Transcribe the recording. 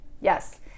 Yes